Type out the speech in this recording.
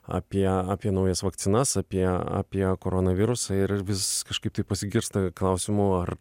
apie apie naujas vakcinas apie apie koronavirusą ir vis kažkaip tai pasigirsta klausimų ar